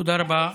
תודה רבה,